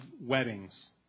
weddings